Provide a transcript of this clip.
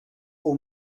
aux